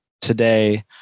today